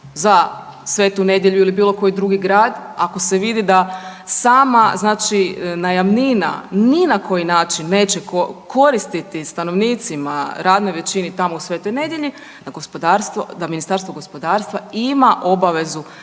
za Sv. Nedelju ili bilo koji drugi grad, ako se vidi da sama najamnina ni na koji način neće koristiti stanovnicima radnoj većini tamo u Sv. Nedelji da Ministarstvo gospodarstva ima obavezu